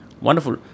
Wonderful